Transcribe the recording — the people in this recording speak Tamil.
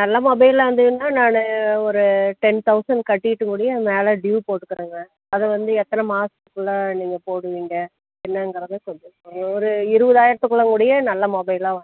நல்ல மொபைலாக இருந்ததுனால் நான் ஒரு டென் தவுசன் கட்டிட்டு கூடயும் மேலே ட்யூ போட்டுக்கிறேங்க அதை வந்து எத்தனை மாதத்துக்குள்ள நீங்கள் போடுவீங்க என்னங்கிறத சொல்லுங்கள் ஒரு இருபதாயிரத்துக்குள்ள கூடிய நல்ல மொபைலாக